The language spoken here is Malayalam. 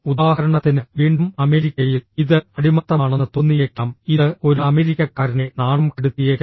ഉദാഹരണത്തിന് വീണ്ടും അമേരിക്കയിൽ ഇത് അടിമത്തമാണെന്ന് തോന്നിയേക്കാം ഇത് ഒരു അമേരിക്കക്കാരനെ നാണം കെടുത്തിയേക്കാം